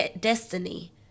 destiny